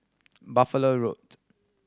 Buffalo Road